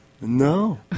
No